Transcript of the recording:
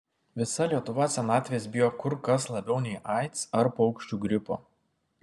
visa lietuva senatvės bijo kur kas labiau nei aids ar paukščių gripo